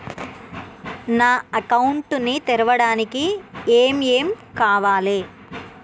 నా అకౌంట్ ని తెరవడానికి ఏం ఏం కావాలే?